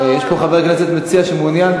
יש פה חבר כנסת מציע שמעוניין,